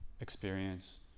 experience